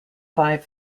five